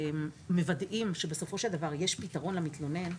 מוודאים שבסופו של דבר יש פתרון למתלונן,